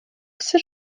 все